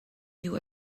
you